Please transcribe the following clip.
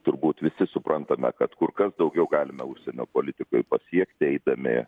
turbūt visi suprantame kad kur kas daugiau galime užsienio politikoj pasiekti eidami